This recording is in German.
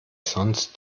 sonst